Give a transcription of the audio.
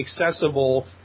accessible